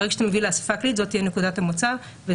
ברגע שאתה מביא לאספה הכללית זו תהיה נקודת המוצא והמשמעות